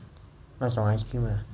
那种 ice cream lah